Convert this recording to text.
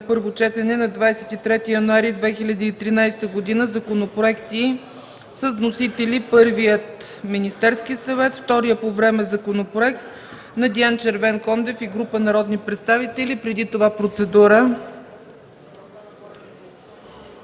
първо четене на 23 януари 2013 г. законопроекти с вносители: първият – Министерски съвет, а вторият по време законопроект – на Диан Червенкондев и група народни представители. Преди това – процедура.